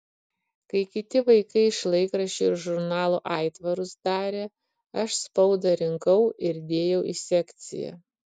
kai kiti vaikai iš laikraščių ir žurnalų aitvarus darė aš spaudą rinkau ir dėjau į sekciją